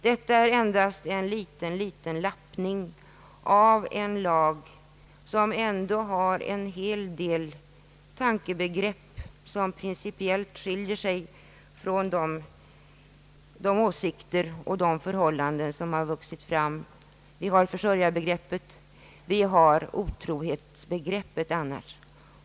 Detta innebär endast en liten lappning av en lag som ändå har en hel del tankebegrepp, vilka principiellt skiljer sig från de åsikter och förhållanden som har vuxit fram. Vi har försörjarbegreppet och otrohetsbegreppet.